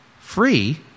free